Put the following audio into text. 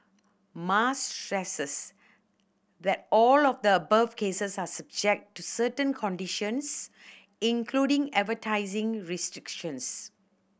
Mas stresses that all of the above cases are subject to certain conditions including advertising restrictions